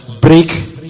break